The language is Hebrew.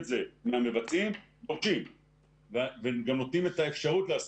זה המבצעים דורשים וגם נותנים את האפשרות לעשות.